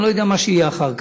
אני לא יודעת מה שיהיה אחר כך.